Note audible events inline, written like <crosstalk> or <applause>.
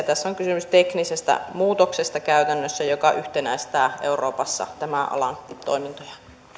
<unintelligible> tässä on kysymys käytännössä teknisestä muutoksesta joka yhtenäistää euroopassa tämän alan toimintoja